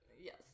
Yes